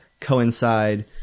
coincide